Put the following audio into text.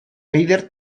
eider